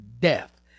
death